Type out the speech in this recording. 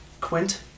Quint